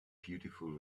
beautiful